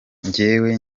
njyewe